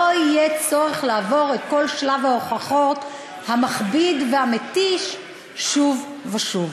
לא יהיה צורך לעבור את כל שלב ההוכחות המכביד והמתיש שוב ושוב.